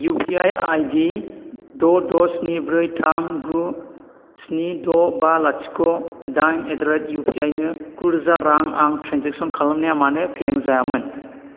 UPI आईदि द' द' स्नि ब्रै थाम गु स्नि द' बा लाथिख' दाइन एडारेट इउपिआईनो गु रोजा रां आं ट्रेन्जेक्सन खालामनाया मानो फेलें जायामोन